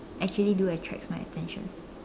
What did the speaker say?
actually do attracts my attention